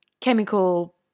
chemical